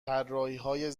طرحهای